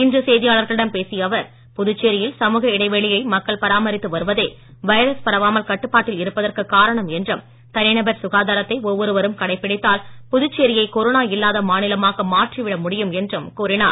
இன்று செய்தியாளர்களிடம் பேசிய அவர் புதுச்சேரியில் சமூக இடைவெளியை மக்கள் பராமரித்து வருவதே வைரஸ் பரவாமல் கட்டுப்பாட்டில் இருப்பதற்கு காரணம் என்றும் தனிநபர் சுகாதாரத்தை ஒவ்வொரு வரும் கடைபிடித்தால் புதுச்சேரியை கொரோனா இல்லாத மாநிலமாக மாற்றிவிட முடியும் என்றும் கூறினார்